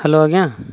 hello ଆଜ୍ଞା